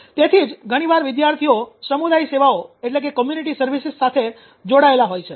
તેથી જ ઘણીવાર વિદ્યાર્થીઓ સમુદાય સેવાઓ સાથે જોડાયેલા હોય છે